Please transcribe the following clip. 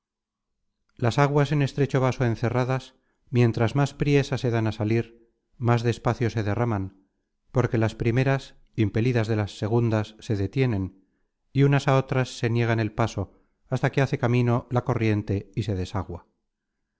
las aguas en estrecho vaso encerradas miéntras más priesa se dan á salir más despacio se derraman porque las primeras impelidas de las segundas se detienen y unas á otras se niegan el paso hasta que hace camino la corriente y se desagua